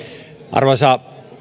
arvoisa